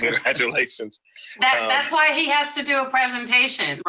congratulations. that's why he has to do a presentation, right?